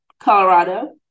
Colorado